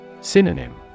Synonym